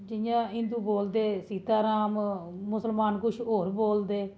जि'यां हिन्दू बोलदे सीता राम मुस्लमान किश होर बोलदे